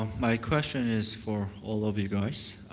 my question is for all of you guys.